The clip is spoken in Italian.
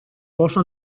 posso